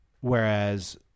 Whereas